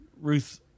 Ruth